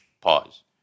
pause